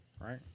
right